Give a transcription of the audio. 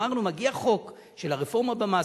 אמרנו: מגיע חוק של הרפורמה במס,